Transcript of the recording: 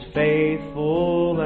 faithful